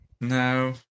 No